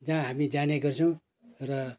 जहाँ हामी जाने गर्छौँ र